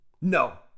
No